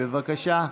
בבקשה.